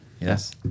Yes